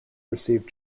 received